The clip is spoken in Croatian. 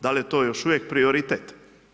Da li je to još uvijek prioritet?